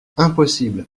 impossible